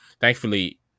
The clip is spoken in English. Thankfully